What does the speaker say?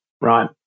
Right